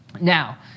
Now